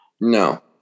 No